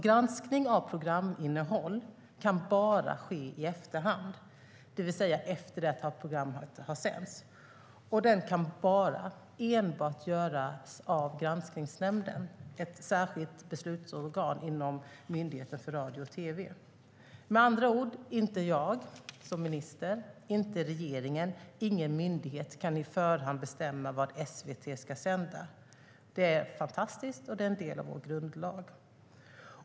Granskning av programinnehåll kan ske bara i efterhand, det vill säga efter det att programmet har sänts, och den kan göras enbart av Granskningsnämnden, ett särskilt beslutsorgan inom Myndigheten för radio och tv. Med andra ord kan inte jag som minister, inte regeringen och ingen myndighet på förhand bestämma vad SVT ska sända. Det är fantastiskt, och det är en del av vår grundlag.